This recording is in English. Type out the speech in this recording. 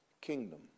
kingdom